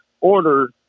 order